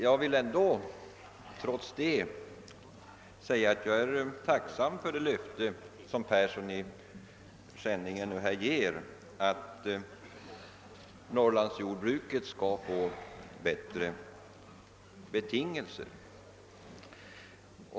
Jag vill emellertid ändå säga att jag är tacksam för det löfte som herr Persson i Skänninge nu ger, att Norrlandsjordbruket skall få bättre betingelser.